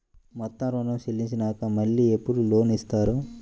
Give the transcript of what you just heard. మొత్తం ఋణం చెల్లించినాక మళ్ళీ ఎప్పుడు లోన్ ఇస్తారు?